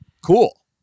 cool